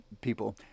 people